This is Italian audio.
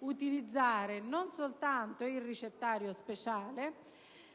utilizzare non soltanto il ricettario speciale, quindi